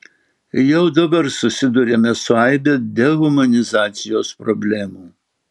jau dabar susiduriame su aibe dehumanizacijos problemų